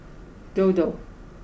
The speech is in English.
dodo